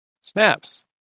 Snaps